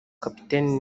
kapiteni